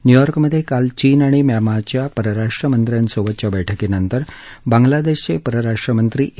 न्यूयार्कमधे काल चीन आणि म्यांमाच्या परराष्ट्र मंत्र्यासोबतच्या बैठकीनंतर बांगलादेशचे परराष्ट्रमंत्री ए